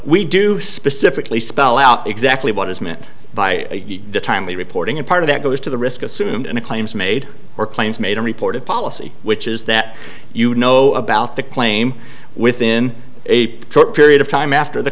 we do specifically spell out exactly what is meant by timely reporting and part of that goes to the risk assumed and claims made or claims made a reported policy which is that you know about the claim within a short period of time after the